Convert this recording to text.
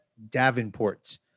Davenport